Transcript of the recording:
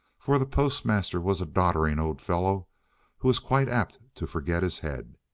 for the postmaster was a doddering old fellow who was quite apt to forget his head.